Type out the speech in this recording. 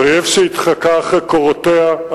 גרייבסקי התחקה אחר קורותיה,